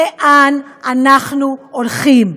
לאן אנחנו הולכים.